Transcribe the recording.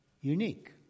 unique